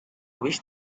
wish